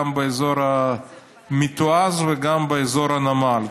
גם באזור המתועש וגם באזור הנמל.